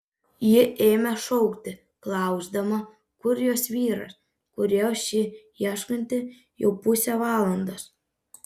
ji ėmė šaukti klausdama kur jos vyras kurio ši ieškanti jau pusę valandos